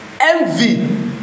envy